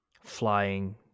flying